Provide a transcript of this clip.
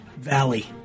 Valley